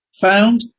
Found